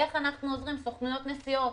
לראות איך אנחנו עוזרים למשל לסוכנויות נסיעות